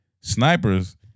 snipers